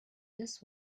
this